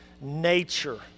nature